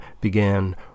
began